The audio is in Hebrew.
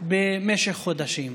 במשך חודשים.